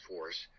Force